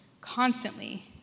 constantly